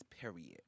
period